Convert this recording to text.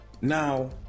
Now